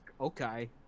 Okay